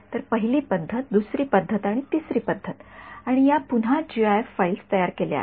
तर पहिली पद्धत दुसरी पद्धत आणि तिसरी पद्धत आणि या पुन्हा जीआयएफ फाइल्स तयार केल्या आहेत